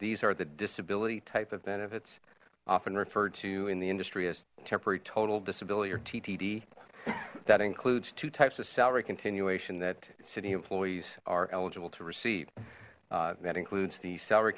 these are the disability type of benefits often referred to in the industry as temporary total disability or ttd that includes two types of salary continuation that city employees are eligible to receive that includes the salary